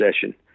session